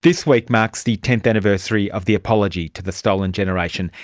this week marks the tenth anniversary of the apology to the stolen generation,